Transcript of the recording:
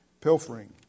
pilfering